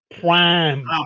prime